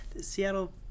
Seattle